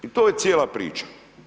I to je cijela priča.